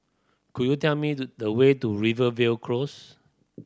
could you tell me the way to Rivervale Close